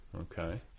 Okay